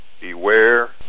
beware